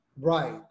Right